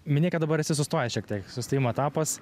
minėjai kad dabar esi sustojęs šiek tiek sustojimo etapas